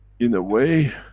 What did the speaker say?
in a way,